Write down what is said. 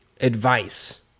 advice